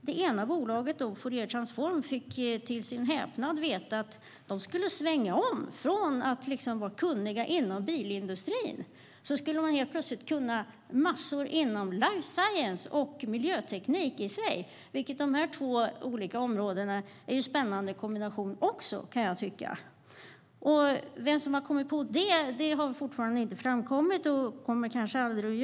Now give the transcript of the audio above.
Det ena bolaget, Fouriertransform, fick till sin häpnad veta att de skulle svänga från att vara kunniga inom bilindustrin till att kunna en massa inom life science och miljöteknik. Det är två olika områden som ger en något spännande en kombination, kan jag tycka. Vem som kom på detta har fortfarande inte framkommit, och det kommer kanske aldrig fram.